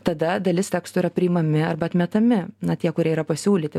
tada dalis tekstų yra priimami arba atmetami na tie kurie yra pasiūlyti